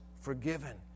forgiven